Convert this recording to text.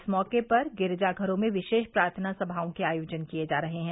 इस मौके पर गिरिजाघरो में विशेष प्रार्थना सभाओं के आयोजन किए जा रहे हैं